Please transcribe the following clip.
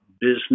business